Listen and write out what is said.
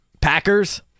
Packers